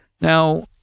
Now